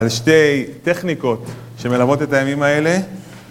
על שתי טכניקות שמלוות את הימים האלה